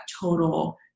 total